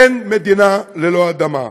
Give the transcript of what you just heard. אין מדינה ללא אדמה,